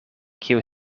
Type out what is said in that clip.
kiu